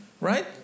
right